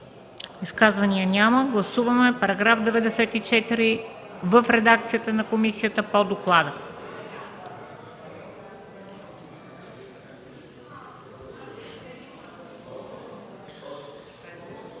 Изказвания? Няма. Гласуваме § 96 в редакцията на комисията по доклада.